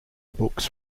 books